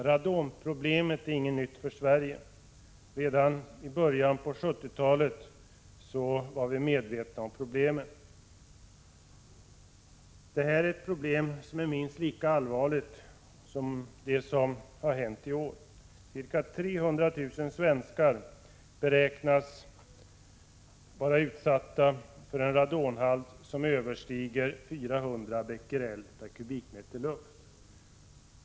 Radonproblemet är inget nytt för Sverige. Redan i början av 1970-talet var vi mevetna om problemet. Ca 300 000 svenskar beräknas vara utsatta för en radonhalt som överstiger 400 Bq per kubikmeter luft.